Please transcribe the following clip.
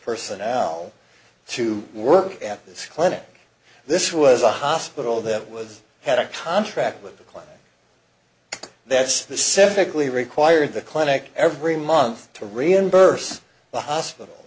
personnel to work at this clinic this was a hospital that was had a contract with the club that's the sceptically require the clinic every month to reimburse the hospital